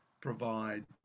provide